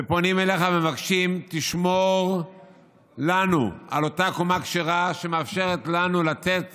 ופונים אליך ומבקשים: תשמור לנו על אותה קומה כשרה שמאפשרת לנו לתת